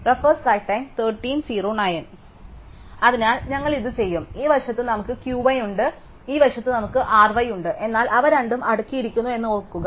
അതിനാൽ ഞങ്ങൾ ഇത് ചെയ്യും ഈ വശത്ത് നമുക്ക് Q y ഉണ്ട് ഈ വശത്ത് നമുക്ക് R y ഉണ്ട് എന്നാൽ അവ രണ്ടും അടുക്കിയിരിക്കുന്നു എന്ന് ഓർക്കുക